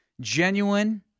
genuine